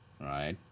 right